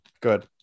Good